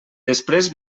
després